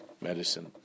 medicine